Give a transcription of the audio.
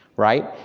right?